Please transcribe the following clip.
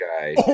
guy